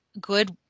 good